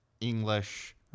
English